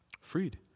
Freed